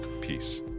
peace